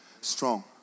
strong